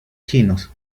chinos